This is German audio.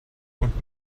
und